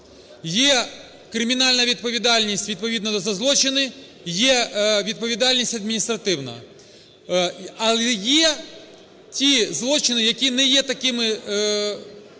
Є кримінальна відповідальність відповідна за злочини, є відповідальність адміністративна. Але є ті злочини, які не є такими